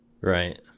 Right